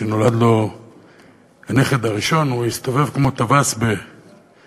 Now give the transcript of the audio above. כשנולד לו הנכד הראשון הוא הסתובב כמו טווס בתל-אביב,